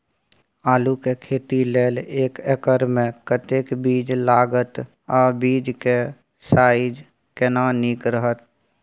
आलू के खेती लेल एक एकर मे कतेक बीज लागत आ बीज के साइज केना नीक रहत?